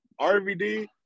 RVD